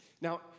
Now